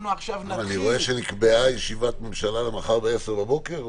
אני רואה שנקבעה ישיבת ממשלה למחר בעשר בבוקר.